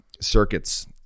circuits